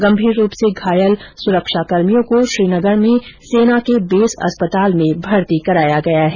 गंभीर रूप से घायल सुरक्षाकर्मियोंको श्रीनगर में सेना के बेस अस्पताल में भर्ती कराया गया है